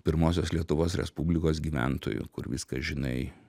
pirmosios lietuvos respublikos gyventoju kur viską žinai